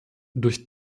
durch